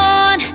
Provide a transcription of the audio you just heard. on